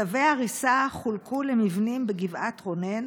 צווי הריסה חולקו למבנים בגבעת רונן